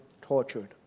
tortured